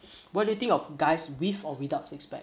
what do you think of guys with or without six pack